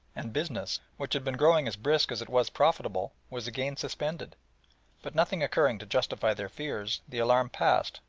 and business, which had been growing as brisk as it was profitable, was again suspended but nothing occurring to justify their fears, the alarm passed,